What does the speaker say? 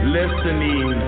listening